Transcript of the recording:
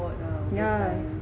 yeah